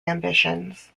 ambitions